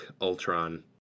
Ultron